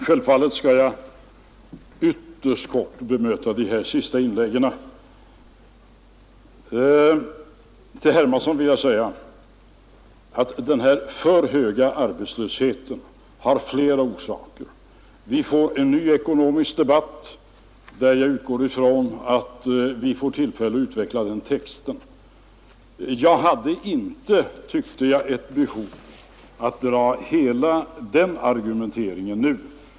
Herr talman! Jag skall — självfallet ytterst kort — bemöta de senaste inläggen. Till herr Hermansson vill jag säga att den här för höga arbetslösheten har flera orsaker. Vi får senare en ny ekonomisk debatt, och jag utgår från att jag då får tillfälle att utveckla den texten litet mera. Jag tyckte inte att jag hade behov att dra hela den argumenteringen nu.